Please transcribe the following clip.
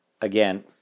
again